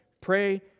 Pray